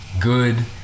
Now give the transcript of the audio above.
good